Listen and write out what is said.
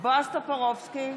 בועז טופורובסקי,